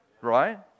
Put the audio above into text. Right